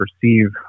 perceive